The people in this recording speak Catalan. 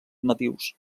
nadius